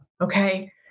okay